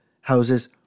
houses